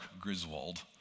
Griswold